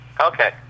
Okay